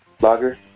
Lager